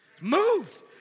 Moved